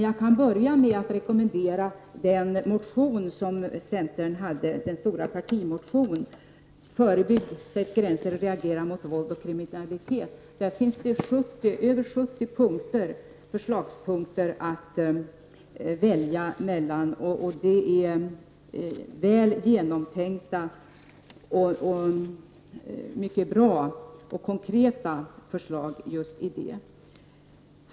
Jag kan börja med att rekommendera den stora partimotion som väckts av centern och som har rubriken Förebygg, sätt gränser och reagera mot våld och kriminalitet. I den finns över 70 förslagspunkter att välja mellan, och det är väl genomtänkta, konkreta och mycket bra förslag.